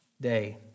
day